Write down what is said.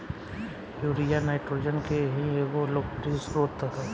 urea nitrogen के ही एगो लोकप्रिय स्रोत ह